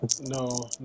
no